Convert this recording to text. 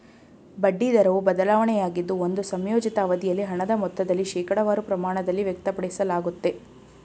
ಬಡ್ಡಿ ದರವು ಬದಲಾವಣೆಯಾಗಿದ್ದು ಒಂದು ಸಂಯೋಜಿತ ಅವಧಿಯಲ್ಲಿ ಹಣದ ಮೊತ್ತದಲ್ಲಿ ಶೇಕಡವಾರು ಪ್ರಮಾಣದಲ್ಲಿ ವ್ಯಕ್ತಪಡಿಸಲಾಗುತ್ತೆ